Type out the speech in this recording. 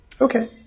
Okay